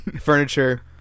furniture